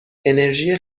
انرژی